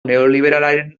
neoliberalaren